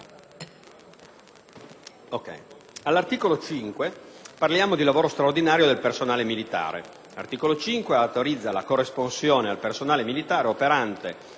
All'articolo 5 tratta del lavoro straordinario del personale militare. Tale articolo autorizza la corresponsione al personale militare operante